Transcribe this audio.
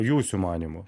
jūsų manymu